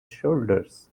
shoulders